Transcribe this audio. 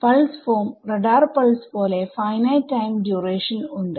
pulse form radar pulse പോലെ finite time duration ഉണ്ട്